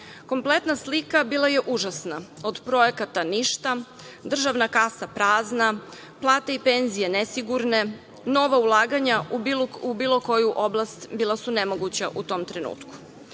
Kompletna slika bila je užasna - od projekata ništa, državna kasa prazna, plate i penzije nesigurne, nova ulaganja u bilo koju oblast bila su nemoguća u tom trenutku. Dragan